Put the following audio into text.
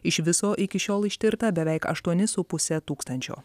iš viso iki šiol ištirta beveik aštuoni su puse tūkstančio